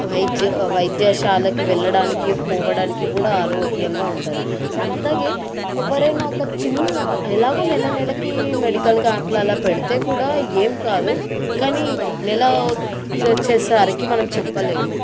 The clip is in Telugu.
వైద్య వైద్యశాలకి వెళ్లడానికి పోవడానికి కూడా ఆరోగ్యంగా ఉంటారు అట్లాగే ఎవ్వరైనా ఒక చిన్న ఎలాగో నెలనెలకి మెడికల్ క్యాంపులలో పెడితే కూడా ఏమి కాదు కానీ నెల వచ్చేసరికి మనం చెప్పలేము